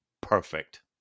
perfect